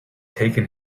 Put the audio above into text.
taken